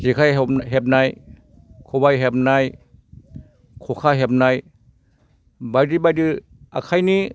जेखाय हबनाय हेबनाय खबाय हेबनाय ख'खा हेबनाय बायदि बायदि आखाइनि